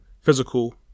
physical